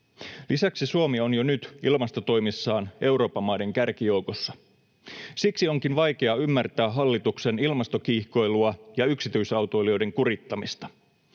Lisäksi Suomi on jo nyt ilmastotoimissaan Euroopan maiden kärkijoukossa. Siksi onkin vaikea ymmärtää hallituksen ilmastokiihkoilua ja yksityisautoilijoiden kurittamista.